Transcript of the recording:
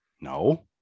No